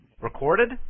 Recorded